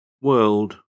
World